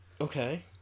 Okay